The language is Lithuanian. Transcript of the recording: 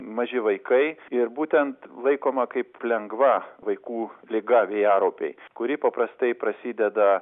maži vaikai ir būtent laikoma kaip lengva vaikų liga vėjaraupiai kuri paprastai prasideda